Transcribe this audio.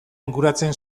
inguratzen